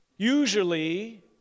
Usually